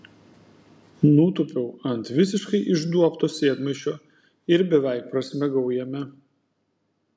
nutūpiau ant visiškai išduobto sėdmaišio ir beveik prasmegau jame